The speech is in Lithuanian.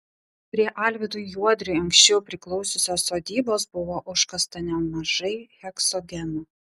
prie alvydui juodriui anksčiau priklausiusios sodybos buvo užkasta nemažai heksogeno